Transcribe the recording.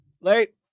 Late